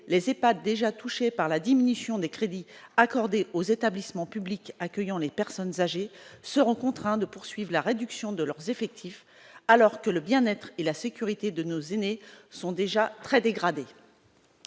pas déjà touchée par la diminution des crédits accordés aux établissements publics accueillant les personnes âgées seront contraints de poursuivre la réduction de leurs effectifs alors que le bien être et la sécurité de nos aînés sont déjà très dégradée,